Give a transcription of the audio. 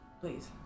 Please